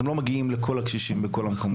אתם לא מגיעים לכל הקשישים בכל המקומות?